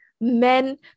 men